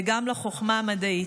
וגם לחוכמה המדעית.